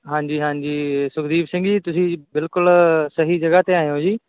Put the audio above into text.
ਹਾਂਜੀ ਹਾਂਜੀ ਸੁਖਦੀਪ ਸਿੰਘ ਜੀ ਤੁਸੀਂ ਬਿਲਕੁਲ ਸਹੀ ਜਗ੍ਹਾ 'ਤੇ ਆਏ ਹੋ ਜੀ